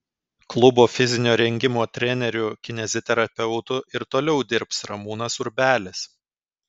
klubo fizinio rengimo treneriu kineziterapeutu ir toliau dirbs ramūnas urbelis